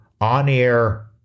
on-air